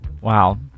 Wow